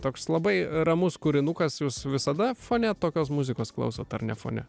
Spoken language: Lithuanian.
toks labai ramus kūrinukas jūs visada fone tokios muzikos klausot ar ne fone